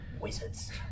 Wizards